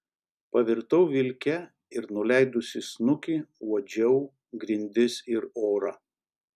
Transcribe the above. pavirtau vilke ir nuleidusi snukį uodžiau grindis ir orą